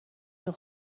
توی